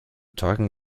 talking